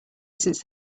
since